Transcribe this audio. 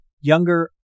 Younger